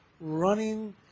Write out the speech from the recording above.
running